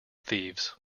thieves